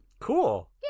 Cool